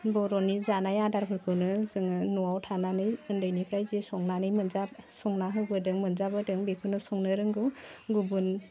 बर'नि जानाय आदारफोरखौनो जोङो न'आव थानानै उन्दैनिफ्राय जे संनानै संना होबोदों मोनजाबोदों बेखौनो संनो रोंगौ गुबुन